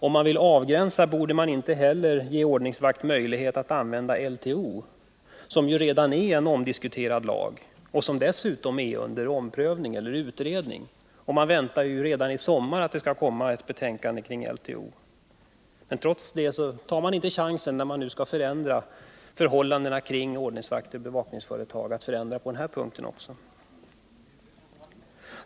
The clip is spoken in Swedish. Om man vill avgränsa, borde man dessutom inte ge ordningsvakt möjlighet att tillämpa LTO, som ju redan är en omdiskuterad lag och som dessutom är under omprövning och utredning — man väntar ju att det skall komma ett betänkande om LTO redan i sommar, men trots det tar man inte chansen att förändra på den här punkten när man nu skall förändra förhållandena kring ordningsvakter och bevakningsföretag.